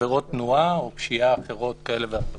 עבירות תנועה או פשיעה כאלה ואחרות.